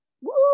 Woo